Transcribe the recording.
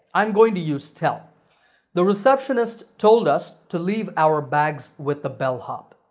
i'm going to use tell the receptionist told us to leave our bags with the bellhop.